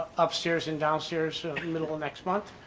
upstairs and downstairs middle of next month.